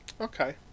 Okay